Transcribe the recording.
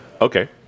Okay